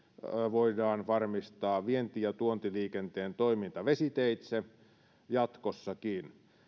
voidaan varmistaa vienti ja tuontiliikenteen toiminta vesiteitse jatkossakin vertailun